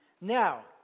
Now